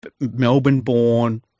Melbourne-born